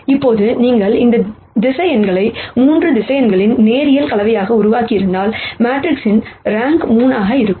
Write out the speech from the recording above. இப்போது நீங்கள் இந்த வெக்டர்ஸ் 3 வெக்டர்ஸ் லீனியர் காம்பினேஷன் உருவாக்கியிருந்தால் மேட்ரிக்ஸின் ரேங்க் 3 ஆக இருந்திருக்கும்